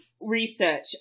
research